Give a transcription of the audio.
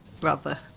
Rubber